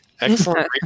Excellent